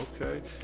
okay